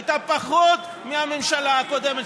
הייתה פחות מהממשלה הקודמת,